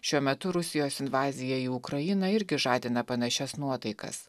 šiuo metu rusijos invazija į ukrainą irgi žadina panašias nuotaikas